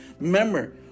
Remember